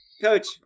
Coach